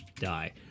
Die